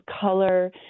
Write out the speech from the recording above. color